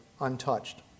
untouched